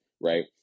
right